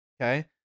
Okay